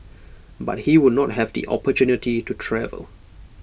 but he would not have the opportunity to travel